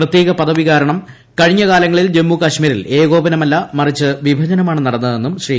പ്രത്യേക പദവി കാരണം കഴിഞ്ഞ കാലങ്ങളിൽ ജമ്മു കാശ്മീരിൽ ഏകോപനമല്ല മറിച്ച് വിഭജനമാണ് നടന്നതെന്നും ശ്രീ